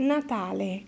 Natale